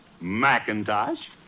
Macintosh